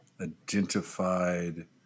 identified